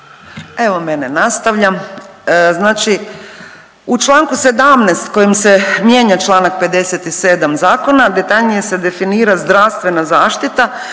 Evo mene nastavljam. Znači u članku 17. kojim se mijenja članak 57. zakona detaljnije se definira zdravstvena zaštita